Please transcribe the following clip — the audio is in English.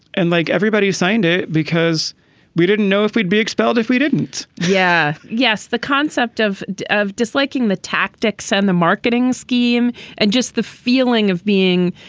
and like everybody who signed it because we didn't know if we'd be expelled if we didn't yeah. yes. the concept of of disliking the tactics and the marketing scheme and just the feeling of being,